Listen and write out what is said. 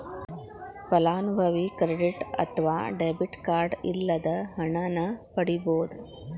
ಫಲಾನುಭವಿ ಕ್ರೆಡಿಟ್ ಅತ್ವ debit card ಇಲ್ಲದ ಹಣನ ಪಡಿಬೋದ್